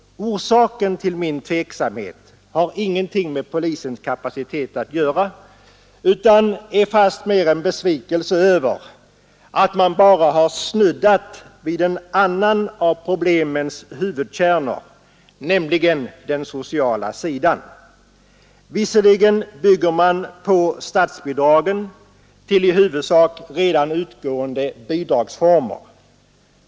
Orsaken till min tveksamhet har ingenting med polisens kapacitet att göra utan är fastmer en besvikelse över att man bara har snuddat vid en annan av problemets kärnor, nämligen den sociala sidan — låt vara att man ökar på statsbidragen när det gäller redan utgående bidragsformer.